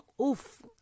oof